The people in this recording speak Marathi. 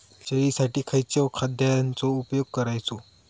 शेळीसाठी खयच्या खाद्यांचो उपयोग करायचो?